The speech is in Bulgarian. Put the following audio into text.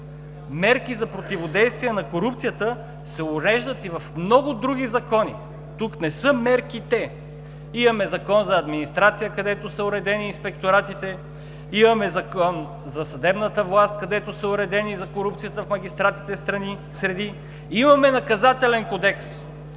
Мерки за противодействие на корупцията се уреждат и в много други закони. Тук не са мерките - имаме Закон за администрацията, където са уредени инспекторатите, имаме Закон за съдебната власт, където са уредени – за корупцията в магистратските среди, имаме Наказателен кодекс.